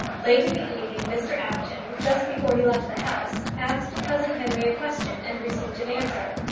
late in the evening mr apjohn, just before he left the house, asked cousin henry a question, and received an answer.